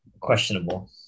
questionable